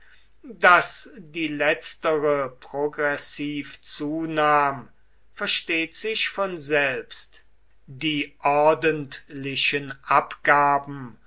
daß die letztere progressiv zunahm versteht sich von selbst die ordentlichen abgaben